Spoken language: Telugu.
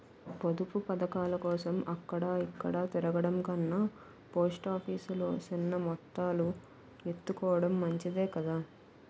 పొదుపు పదకాలకోసం అక్కడ ఇక్కడా తిరగడం కన్నా పోస్ట్ ఆఫీసు లో సిన్న మొత్తాలు ఎత్తుకోడం మంచిదే కదా